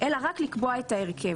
אלא רק לקבוע את ההרכב.